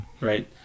Right